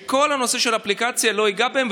כי כל הנושא של האפליקציה לא ייגע בהם,